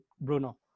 Bruno